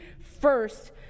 first